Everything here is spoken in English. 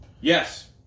Yes